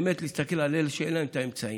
באמת להסתכל על אלה שאין להם את האמצעים.